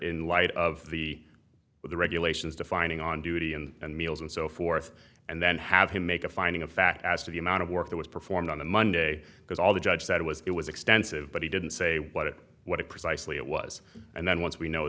in light of the with the regulations defining on duty and meals and so forth and then have him make a finding of fact as to the amount of work that was performed on monday because all the judge said it was it was extensive but he didn't say what it what it precisely it was and then once we know